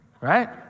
right